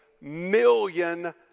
million